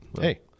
Hey